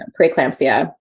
preeclampsia